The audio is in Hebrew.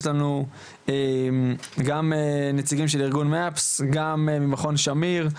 לנו נציגים של ארגון MAPS וגם מכון שמיר,